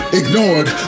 ignored